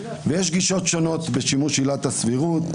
יש גישות שונות בשימוש עילת הסבירות,